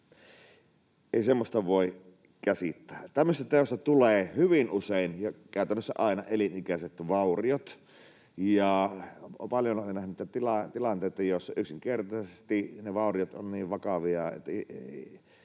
Ei semmoista voi käsittää. Tämmöisestä teosta tulee hyvin usein ja käytännössä aina elinikäiset vauriot. Olen paljon nähnyt niitä tilanteita, joissa ne vauriot ovat yksinkertaisesti